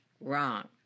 Wrong